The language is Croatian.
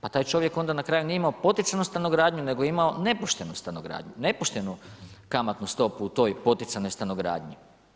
Pa taj čovjek onda na kraju nije imao poticajnu stanogradnju, nego je imao nepoštenu stanogradnju, nepoštenu kamatnu stopu u toj poticajnoj stanogradnji.